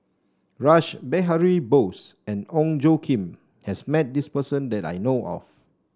Rash Behari Bose and Ong Tjoe Kim has met this person that I know of